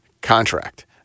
contract